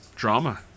drama